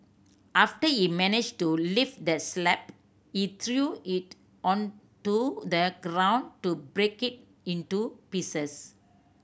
after he managed to lift the slab he threw it onto the ground to break it into pieces